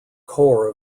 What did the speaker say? core